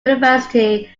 university